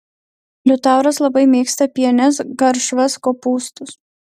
liutauras labai mėgsta pienes garšvas kopūstus